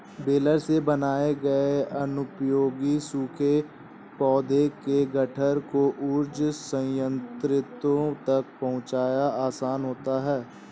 baler से बनाए गए अनुपयोगी सूखे पौधों के गट्ठर को ऊर्जा संयन्त्रों तक पहुँचाना आसान हो जाता है